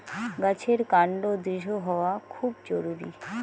গাছের কান্ড দৃঢ় হওয়া খুব জরুরি